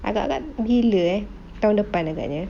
agak-agak bila eh tahun depan ah agaknya